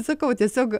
sakau tiesiog